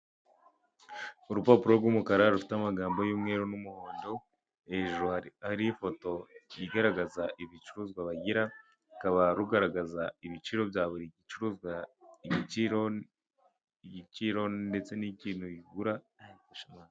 Urupapuro rw'umukara rufite amagambo y'umweru n'umuhondo hejuru hari ari ifoto igaragaza ibicuruzwa bagira bikaba rugaragaza ibiciro bya buri gicuruzwa igiciro ibiciro ndetse n'kintu bigura.